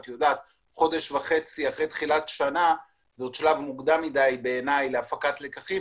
חודש וחצי אחרי תחילת שנה זה עוד שלב מוקדם מידי בעיני להפקת לקחים,